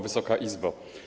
Wysoka Izbo!